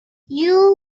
you